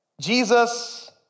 Jesus